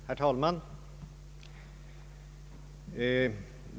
Herr talman!